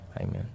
amen